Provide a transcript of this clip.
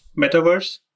metaverse